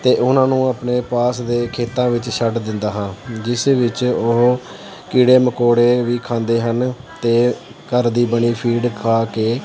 ਅਤੇ ਉਹਨਾਂ ਨੂੰ ਆਪਣੇ ਪਾਸ ਦੇ ਖੇਤਾਂ ਵਿੱਚ ਛੱਡ ਦਿੰਦਾ ਹਾਂ ਜਿਸ ਵਿੱਚ ਉਹ ਕੀੜੇ ਮਕੌੜੇ ਵੀ ਖਾਂਦੇ ਹਨ ਅਤੇ ਘਰ ਦੀ ਬਣੀ ਫੀਡ ਖਾ ਕੇ